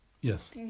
Yes